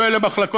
יהיו אלה מחלקות,